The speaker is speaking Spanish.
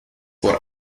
por